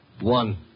One